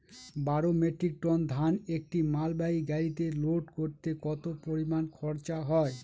বারো metric ton ধান একটি মালবাহী গাড়িতে লোড করতে কতো পরিমাণ খরচা হয়?